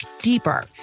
deeper